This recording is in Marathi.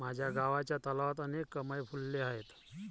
माझ्या गावच्या तलावात अनेक कमळ फुलले आहेत